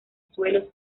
suelos